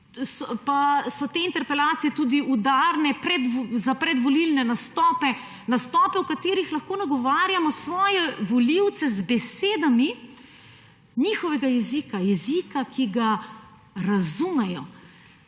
pa so te interpelacije tudi udarne za predvolilne nastope, nastope, v katerih lahko nagovarjamo svoje volivce z besedami njihovega jezika, jezika, ki ga razumejo.